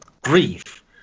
grief